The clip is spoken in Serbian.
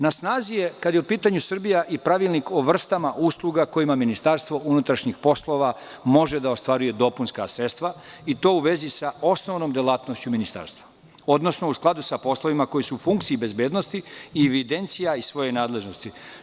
Na snazi je, kada je u pitanju Srbija, i Pravilnik o vrstama usluga, kojim MUP može da ostvaruje dopunska sredstva i to u vezi sa osnovnom delatnošću ministarstva, odnosnou skladu sa poslovima koji su u funkciji bezbednosti i evidencija iz svoje nadležnosti.